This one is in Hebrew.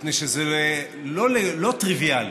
מפני שזה לא טריוויאלי,